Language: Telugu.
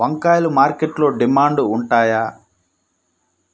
వంకాయలు మార్కెట్లో డిమాండ్ ఉంటాయా?